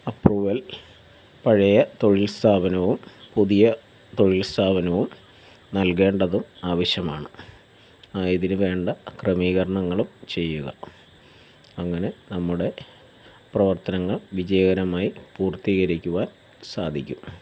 approval പഴയ തൊഴിൽ സ്ഥാപനവും പുതിയ തൊഴിൽ സ്ഥാപനവും നൽകേണ്ടതും ആവശ്യമാണ് ആയതിന് വേണ്ട ക്രമീകരണങ്ങളും ചെയ്യുക അങ്ങനെ നമ്മുടെ പ്രവർത്തനങ്ങൾ വിജയകരമായി പൂർത്തീകരിക്കുവാൻ സാധിക്കും